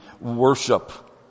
worship